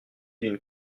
d’une